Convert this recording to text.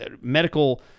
medical